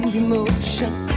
emotion